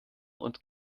und